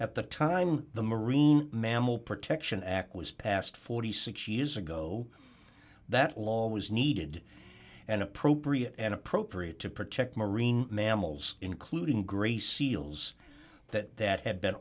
at the time the marine mammal protection act was passed forty six years ago that law was needed and appropriate and appropriate to protect marine mammals including grey seals that that have been a